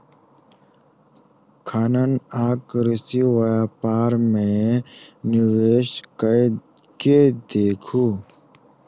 खनन आ कृषि व्यापार मे निवेश कय के देखू